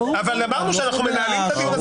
אמרנו שאנחנו מנהלים את הדיון הזה,